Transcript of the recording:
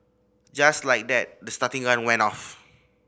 just like that the starting gun went off